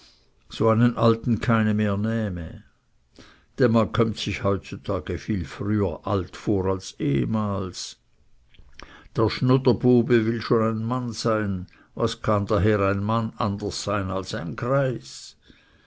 so einen alten keine mehr nähme denn man kömmt sich heutzutage viel früher alt vor als ehemals der schnuderbube will schon ein mann sein was kann daher ein mann anders sein als ein greis